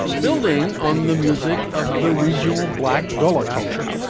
building on the music of the regional black gullah culture.